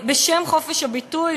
בשם חופש הביטוי,